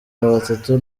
batatu